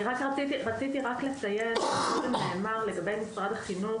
אני רק רציתי לציין נאמר קודם לגבי משרד החינוך,